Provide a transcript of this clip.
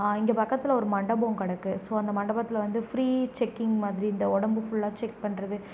இங்கே பக்கத்தில் ஒரு மண்டபம் கிடக்கு ஸோ அந்த மண்டபத்தில் வந்து ஃபிரீ செக்கிங் மாதிரி இந்த உடம்பு ஃபுல்லாக செக் பண்ணு றது